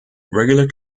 regular